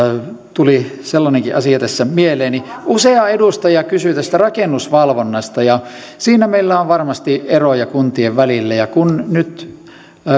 tuli sellainenkin asia tässä mieleeni usea edustaja kysyi tästä rakennusvalvonnasta ja siinä meillä on varmasti eroja kuntien välillä kun nyt